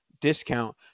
discount